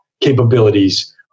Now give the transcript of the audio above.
capabilities